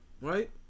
right